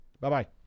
Bye-bye